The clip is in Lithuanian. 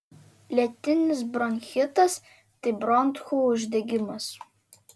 lėtinis bronchitas tai bronchų uždegimas